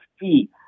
fee